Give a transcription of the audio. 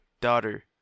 daughter